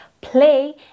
play